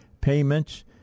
payments